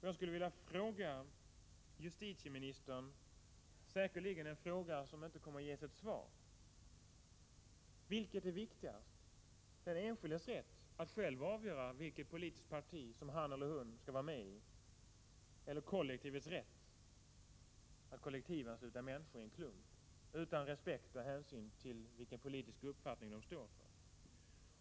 Jag skulle vilja fråga justitieministern — säkerligen en fråga som inte kommer att ges ett svar: Vilket är viktigast — den enskildes rätt att själv avgöra vilket parti som han eller hon skall vara med i, eller kollektivets rätt att kollektivansluta människor i en klump utan respekt och hänsyn när det gäller vilken politisk uppfattning de står för?